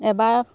এবাৰ